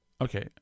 Okay